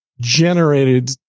generated